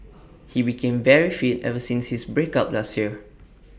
he became very fit ever since his break up last year